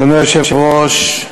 אדוני היושב-ראש,